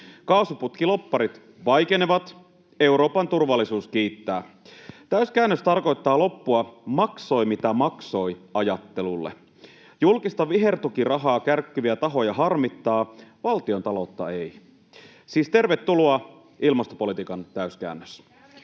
Kaasuputkilobbarit vaikenevat, Euroopan turvallisuus kiittää. Täyskäännös tarkoittaa maksoi mitä maksoi -ajattelulle loppua. Julkista vihertukirahaa kärkkyviä tahoja harmittaa, valtiontaloutta ei. Siis tervetuloa, ilmastopolitiikan täyskäännös.